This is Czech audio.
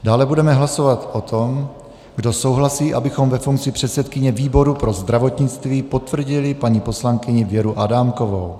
Dále budeme hlasovat o tom, kdo souhlasí, abychom ve funkci předsedkyně výboru pro zdravotnictví potvrdili paní poslankyni Věru Adámkovou.